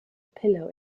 pillow